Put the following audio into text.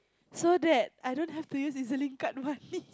so that I don't have to use E_Z-Link card money